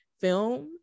film